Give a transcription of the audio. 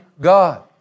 God